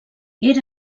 era